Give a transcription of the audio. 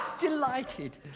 delighted